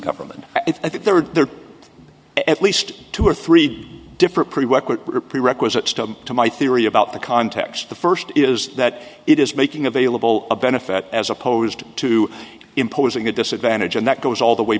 government if i think there are there are at least two or three different repeal requisites to my theory about the context the first is that it is making available a benefit as opposed to imposing a disadvantage and that goes all the way